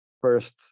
first